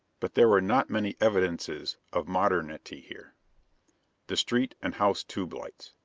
but there were not many evidences of modernity here. the street and house tube-lights.